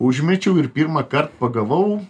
užmečiau ir pirmąkart pagavau